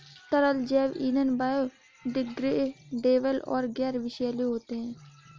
तरल जैव ईंधन बायोडिग्रेडेबल और गैर विषैले होते हैं